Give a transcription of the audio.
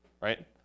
right